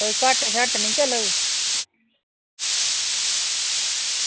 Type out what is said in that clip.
कोई घट्ट शट्ट निं चलग